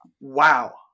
Wow